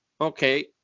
okay